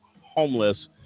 homeless